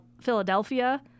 Philadelphia